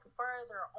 further